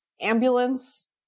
ambulance